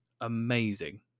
amazing